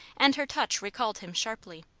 and her touch recalled him sharply.